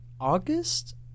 August